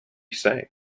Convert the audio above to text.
say